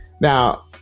Now